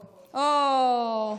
אוה,